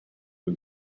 was